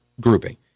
grouping